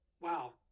wow